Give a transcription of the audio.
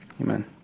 amen